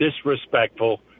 disrespectful